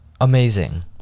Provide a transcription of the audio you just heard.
amazing